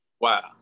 wow